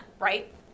right